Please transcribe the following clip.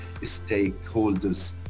stakeholders